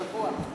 השבוע.